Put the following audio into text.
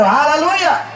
Hallelujah